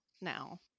now